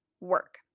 work